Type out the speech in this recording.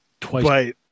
twice